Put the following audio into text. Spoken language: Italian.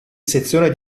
sezione